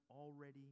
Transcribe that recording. already